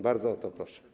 Bardzo o to proszę.